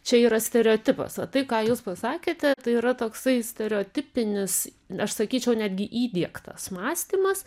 čia yra stereotipas o tai ką jūs pasakėte tai yra toksai stereotipinis aš sakyčiau netgi įdiegtas mąstymas